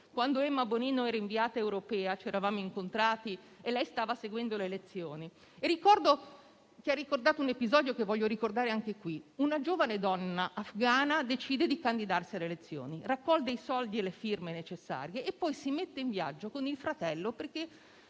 Quando Emma Bonino era inviata europea, ci eravamo incontrati e lei stava seguendo le elezioni. Ricordo un episodio, che voglio citare anche qui. Una giovane donna afghana decide di candidarsi alle elezioni: raccoglie i soldi e le firme necessarie e poi si mette in viaggio con il fratello, perché